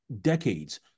decades